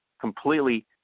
completely